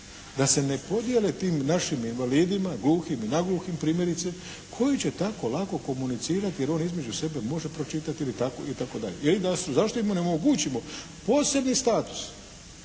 da se ne podijele tim našim invalidima, gluhim i nagluhim primjerice koji će tako lako komunicirati jer on između sebe može pročitati itd. ili zašto im ne omogućimo posebni status